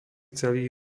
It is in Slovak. celý